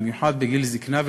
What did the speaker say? במיוחד בגיל זיקנה,